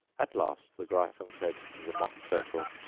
at last the gryphon said to the mock turtle,